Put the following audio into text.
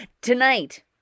Tonight